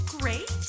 great